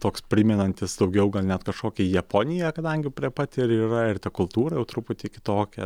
toks primenantis daugiau gal net kažkokią japoniją kadangi prie pat ir yra ir ta kultūra jau truputį kitokia